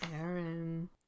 Aaron